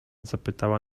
zapytała